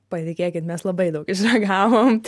patikėkit mes labai daug išragavom